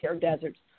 deserts